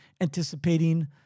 anticipating